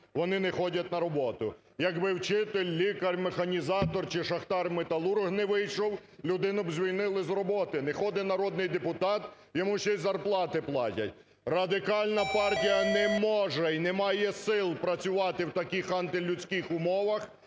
вони не ходять на роботу. Якби вчитель, лікар, механізатор чи шахтар-металург не вийшов, людину б звільнили з роботи. Не ходить народний депутат – йому ще і зарплати платять. Радикальна партія не може і не має сил працювати в таких антилюдських умовах,